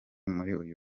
muri